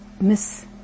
miss